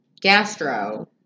gastro